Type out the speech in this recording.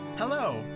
Hello